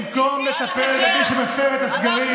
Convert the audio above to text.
במקום לטפל במי שמפר את הסגרים,